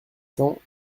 cents